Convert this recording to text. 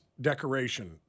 decoration